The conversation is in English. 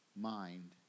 mind